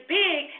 big